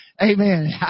Amen